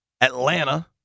Atlanta